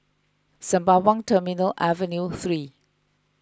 Sembawang Terminal Avenue three